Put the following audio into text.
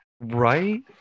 Right